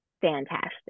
fantastic